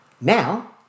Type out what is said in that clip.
Now